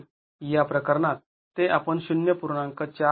आणि या प्रकरणात ते आपण ०